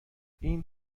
این